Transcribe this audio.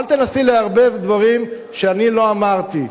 אל תנסי לערבב דברים שאני לא אמרתי.